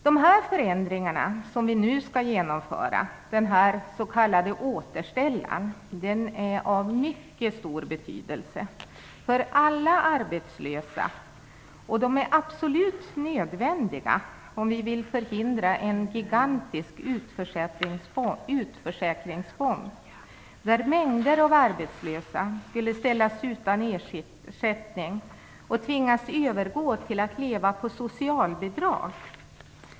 De förändringar vi nu skall genomföra, det s.k. återställandet, är av mycket stor betydelse för alla arbetslösa. De är absolut nödvändiga om vi vill förhindra en gigantisk utförsäkringsbomb, där mängder av arbetslösa skulle ställas utan ersättning och tvingas övergå till att leva på socialbidrag.